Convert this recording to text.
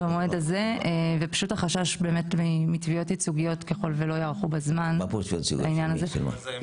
ויש חשש מתביעות ייצוגיות אם לא ייערכו בזמן בעניין הזה.